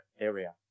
area